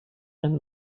and